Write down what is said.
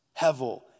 Hevel